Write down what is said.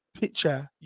picture